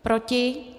Proti?